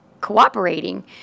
cooperating